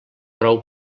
prou